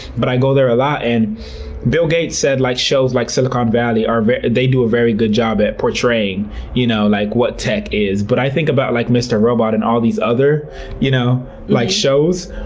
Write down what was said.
but i go there a lot and bill gates said like shows like silicon valley um do a very good job at portraying you know like what tech is. but i think about like mr. robot and all these other you know like shows.